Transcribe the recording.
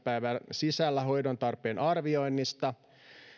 päivän sisällä hoidontarpeen arvioinnista